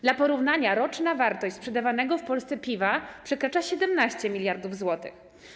Dla porównania roczna wartość sprzedawanego w Polsce piwa przekracza 17 mld zł.